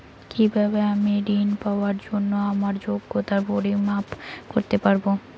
কিভাবে আমি ঋন পাওয়ার জন্য আমার যোগ্যতার পরিমাপ করতে পারব?